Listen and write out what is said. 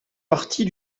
partie